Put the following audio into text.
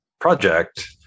project